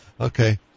okay